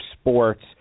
sports